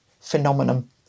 phenomenon